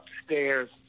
upstairs